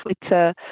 Twitter